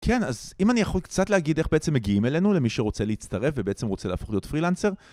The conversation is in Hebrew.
כן, אז אם אני יכול קצת להגיד איך בעצם מגיעים אלינו למי שרוצה להצטרף ובעצם רוצה להפוך להיות פרילנסר